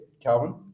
Calvin